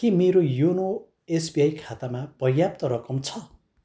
के मेरो YONO SBI खातामा पर्याप्त रकम छ